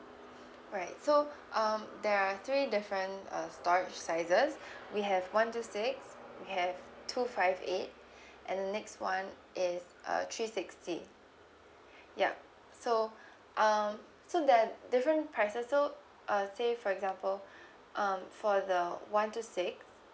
right so um there are three different uh storage sizes we have one two six we have two five eight and next one is uh three sixty yup so um so that different prices so uh say for example um for the one two six